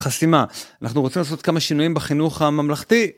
חסימה. אנחנו רוצים לעשות כמה שינויים בחינוך הממלכתי,